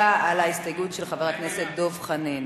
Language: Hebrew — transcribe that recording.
ההסתייגות של חבר הכנסת דב חנין.